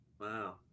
Wow